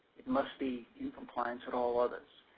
it must be in compliance at all others.